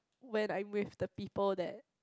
when I am with the people that